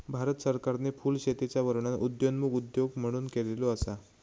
भारत सरकारने फुलशेतीचा वर्णन उदयोन्मुख उद्योग म्हणून केलेलो असा